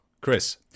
Chris